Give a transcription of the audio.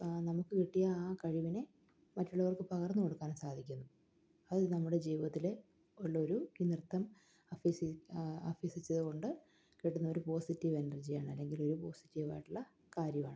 നമുക്ക് കിട്ടിയ ആ കഴിവിനെ മറ്റുള്ളവർക്ക് പകർന്നു കൊടുക്കാനും സാധിക്കുന്നു അത് നമ്മുടെ ജീവിത്തിൽ ഉള്ളൊരു ഈ നൃത്തം അഭ്യസിച്ചതുകൊണ്ട് കിട്ടുന്ന ഒരു പോസിറ്റീവ് എനർജിയാണ് അല്ലെങ്കിൽ ഒരു പോസിറ്റീവ് ആയിട്ടുള്ള കാര്യമാണ്